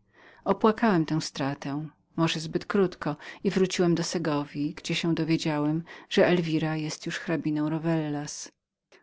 objęciach opłakałem tę stratę może zbyt krótko i wróciłem do segowji gdzie dowiedziałem się że elwira była już hrabiną rowellas